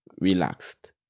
relaxed